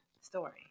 story